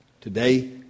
today